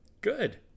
good